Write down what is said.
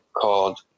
called